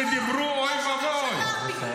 ראש הממשלה שלח את הנציגים שלו שדיברו: אוי ואבוי.